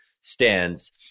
stands